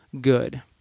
good